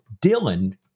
Dylan